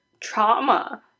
trauma